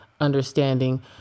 understanding